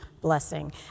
blessing